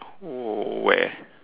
oh where